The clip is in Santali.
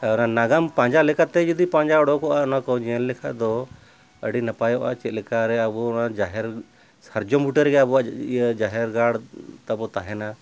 ᱟᱨ ᱚᱱᱟ ᱱᱟᱜᱟᱢ ᱯᱟᱸᱡᱟ ᱞᱮᱠᱟᱛᱮ ᱡᱩᱫᱤ ᱯᱟᱸᱡᱟ ᱚᱰᱳᱠᱚᱜᱼᱟ ᱚᱱᱟᱠᱚ ᱧᱮᱞ ᱞᱮᱠᱷᱟᱱ ᱫᱚ ᱟᱹᱰᱤ ᱱᱟᱯᱟᱭᱚᱜᱼᱟ ᱪᱮᱫ ᱞᱮᱠᱟᱨᱮ ᱟᱵᱚ ᱚᱱᱟ ᱡᱟᱦᱮᱨ ᱥᱟᱨᱡᱚᱢ ᱵᱩᱴᱟᱹᱨᱮᱜᱮ ᱟᱵᱚᱣᱟᱜ ᱤᱭᱟᱹ ᱡᱟᱦᱮᱨ ᱜᱟᱲ ᱛᱟᱵᱚᱱ ᱛᱟᱦᱮᱱᱟ